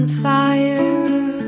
fire